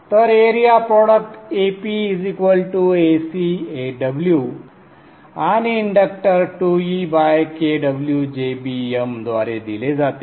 तर area product ApAcAw आणि inductor 2EkwJBm द्वारे दिले जाते